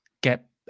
get